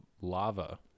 lava